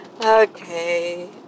Okay